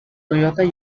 toyota